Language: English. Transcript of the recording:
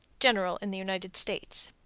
general in the united states.